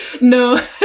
No